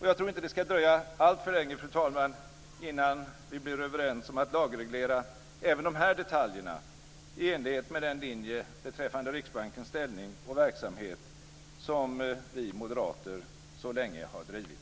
Jag tror inte det skall dröja alltför länge, fru talman, innan vi blir överens om att lagreglera även dessa detaljer i enlighet med den linje beträffande Riksbankens ställning och verksamhet som vi moderater så länge har drivit.